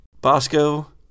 Bosco